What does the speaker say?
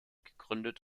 gegründet